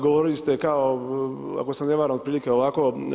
Govorili ste kao ako se ne varam otprilike ovako.